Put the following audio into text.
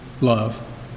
love